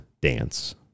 Dance